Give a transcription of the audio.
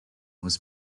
was